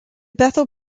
bethel